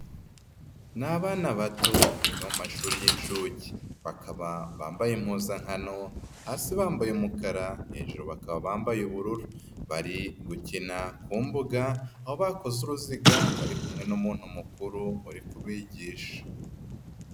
Ni abana bato biga mu mashuri y'inshuke bakaba bambaye impuzankano hasi bambaye umukara hejuru bakaba bambaye ubururu, bari gukinara ku mbuga aho bakoze uruziga bari kumwe n'umuntu mukuru uri kubigisha.